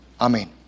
Amen